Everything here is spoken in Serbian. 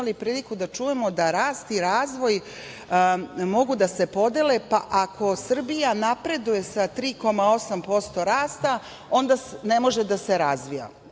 imali priliku da čujemo da rast i razvoj mogu da se podele, pa ako Srbija napreduje sa 3,8% rasta, onda ne može da se razvija.